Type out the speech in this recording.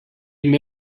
met